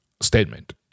statement